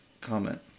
comment